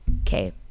Okay